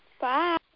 Bye